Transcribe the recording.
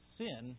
sin